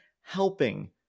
helping